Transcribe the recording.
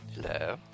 Hello